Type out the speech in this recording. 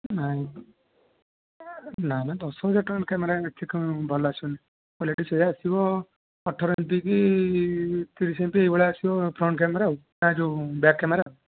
ନାଇଁ ନା ନା ଦଶହଜାର ଟଙ୍କାରେ କ୍ୟାମେରା ଭଲ ଆସିବନି କ୍ଵାଲିଟୀ ସେୟା ଆସିବ ଅଠର ଏମ ପି କି ତିରିଶ ଏମ ପି କି ଏଇ ଭଳିଆ ଆସିବ ଫ୍ରଣ୍ଟ କ୍ୟାମେରା ନା ଯେଉଁ ବ୍ୟାକ କ୍ୟାମେରା